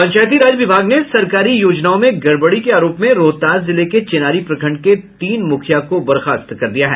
पंचायती राज विभाग ने सरकारी योजनाओं में गड़बड़ी के आरोप में रोहतास जिले के चेनारी प्रखंड के तीन मुखिया को बर्खास्त कर दिया है